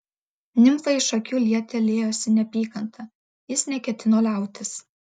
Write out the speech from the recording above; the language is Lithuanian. nimfai iš akių liete liejosi neapykanta jis neketino liautis